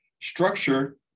structure